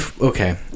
Okay